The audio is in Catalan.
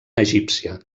egípcia